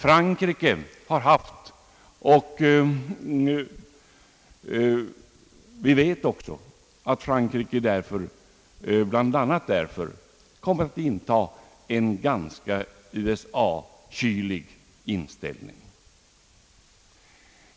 Frankrike har haft det, och vi vet också att Frankrike bl.a. därför kommit att inta en ganska USA-kylig inställning.